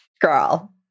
Girl